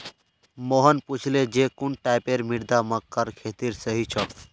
मोहन पूछले जे कुन टाइपेर मृदा मक्कार खेतीर सही छोक?